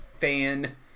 fan